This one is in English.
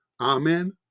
Amen